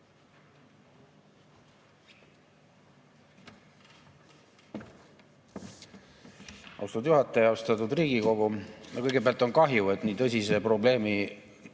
Austatud juhataja! Austatud Riigikogu! Kõigepealt, mul on kahju, et nii tõsise probleemi